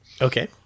Okay